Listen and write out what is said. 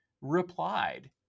replied